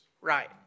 Right